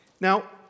Now